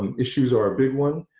um issues are a big one,